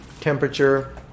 temperature